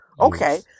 Okay